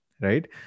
right